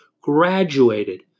graduated